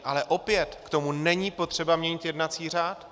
Ale opět, k tomu není potřeba měnit jednací řád.